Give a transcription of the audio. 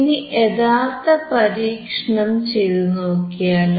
ഇനി യഥാർഥ പരീക്ഷണം ചെയ്തുനോക്കിയാലോ